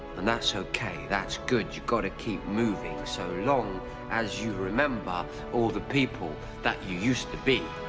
and that's okay. that's good, you've got to keep moving. so long as you remember all the people that you used to be.